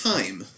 Time